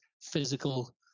physical